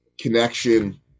connection